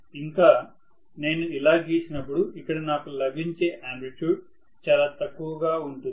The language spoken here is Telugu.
ఇంకా నేను ఇలా గీసినపుడు ఇక్కడ నాకు లభించే ఆంప్లిట్యూడ్ చాలా తక్కువ గా ఉంటుంది